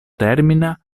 termina